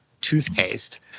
toothpaste